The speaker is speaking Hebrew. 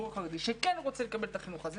החרדי שכן רוצה לקבל את החינוך הזה.